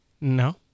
No